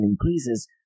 increases